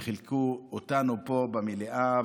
וחילקו אותנו פה במליאה,